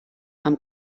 amb